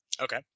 Okay